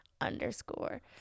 underscore